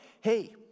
hey